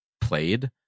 played